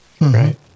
Right